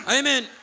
Amen